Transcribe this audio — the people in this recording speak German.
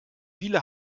viele